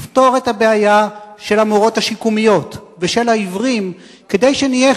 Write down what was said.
יפתור את הבעיה של המורות השיקומיות ושל העיוורים כדי שנהיה